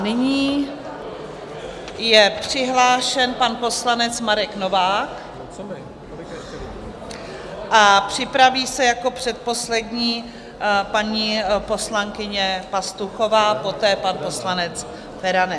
Nyní je přihlášen pan poslanec Marek Novák a připraví se jako předposlední paní poslankyně Pastuchová, poté pan poslanec Feranec.